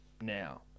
Now